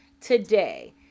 today